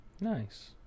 Nice